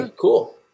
cool